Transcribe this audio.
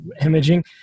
imaging